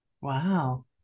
wow